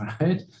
right